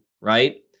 Right